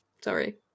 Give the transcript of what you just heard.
Sorry